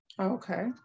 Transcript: Okay